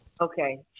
Okay